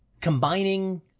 Combining